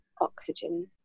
oxygen